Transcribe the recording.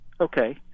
Okay